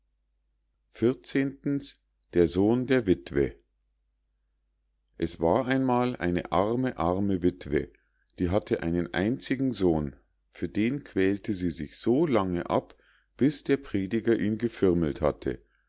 der sohn der wittwe es war einmal eine arme arme wittwe die hatte einen einzigen sohn für den quälte sie sich so lange ab bis der prediger ihn gefirmelt hatte